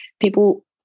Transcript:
people